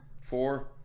four